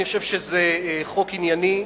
אני חושב שזה חוק ענייני,